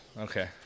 Okay